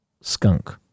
skunk